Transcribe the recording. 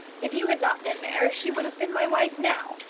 if you had not been there she would have been my wife now.